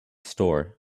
store